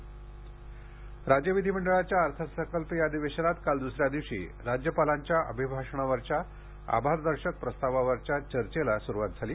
महाराष्ट्र विधिमंडळ राज्य विधी मंडळाच्या अर्थसंकल्पीय अधिवेशनात काल दुसऱ्या दिवशी राज्यपालांच्या अभिभाषणावरच्या आभारदर्शक प्रस्तावावरच्या चर्चेला सुरुवात झाली